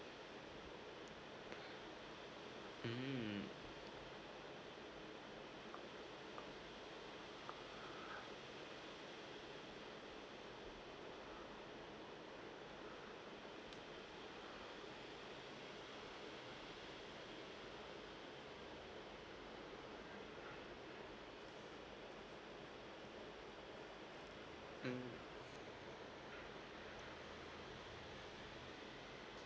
mm mm